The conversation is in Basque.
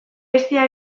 eztia